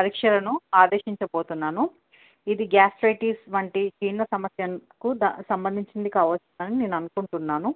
పరీక్షలను ఆదేశించబోతున్నాను ఇది గాస్త్రైటిస్ వంటి జీర్ణ సమస్యకు సంబంధించింది కావస్తుందని నేను అనుకుంటున్నాను